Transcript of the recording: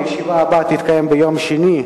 הישיבה הבאה תתקיים ביום שני,